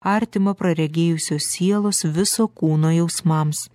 artimą praregėjusios sielos viso kūno jausmams